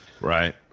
Right